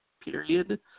period